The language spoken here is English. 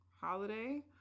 holiday